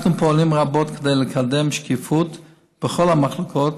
אנחנו פועלים רבות כדי לקדם שקיפות בכל המחלקות